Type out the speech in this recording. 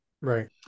Right